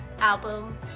album